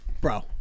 Bro